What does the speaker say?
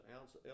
ounce